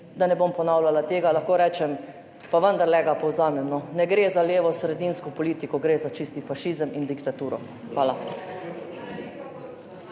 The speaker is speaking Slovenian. da ne bom ponavljala tega, lahko rečem, pa vendarle ga povzamem. Ne gre za levosredinsko politiko, gre za čisti fašizem in diktaturo. Hvala.